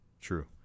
true